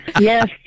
Yes